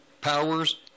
powers